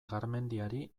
garmendiari